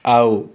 ଆଉ